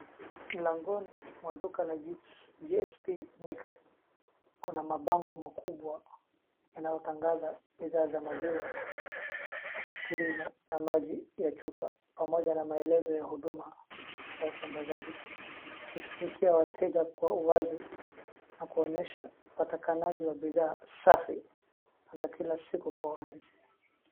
Mlangoni mwa duka la Jipsi, GSP Milk. Kuna mabango makubwa yanayotangaza bidhaa za maziwa, askrimu na maji ya chupa, pamoja na maelezo ya huduma ya usambazaji. Ikivutia wateja kwa uwazi na kuonyesha patakanaji wa bidhaa safi za kila siku kwa urahisi.